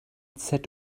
zob